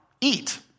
eat